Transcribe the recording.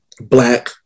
black